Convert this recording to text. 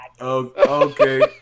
Okay